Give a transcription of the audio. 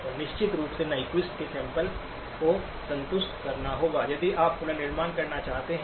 और निश्चित रूप से न्यक्विस्ट के सैंपल को संतुष्ट करना होगा यदि आप पुनर्निर्माण करना चाहते हैं